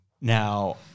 Now